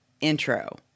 intro